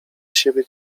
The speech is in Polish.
siebie